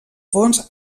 fons